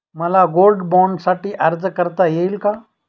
मला गोल्ड बाँडसाठी अर्ज करता येईल का?